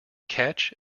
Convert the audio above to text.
catch